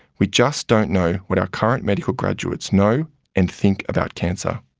we just don't know what our current medical graduates know and think about cancer.